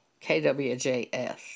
KWJS